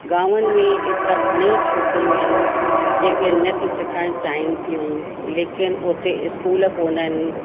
गांवनि में एतिरा घणेई छोकिरियूं आहिनि जेके नृत्य सिखणु चाहीनि थियूं लेकिन उते स्कूल कोन आहिनि